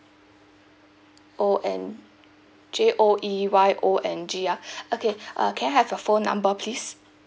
O N J O E Y O N G ah okay uh can I have your phone number please